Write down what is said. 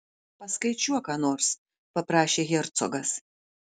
paskaičiuok ką nors paprašė hercogas